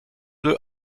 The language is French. deux